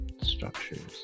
structures